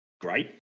great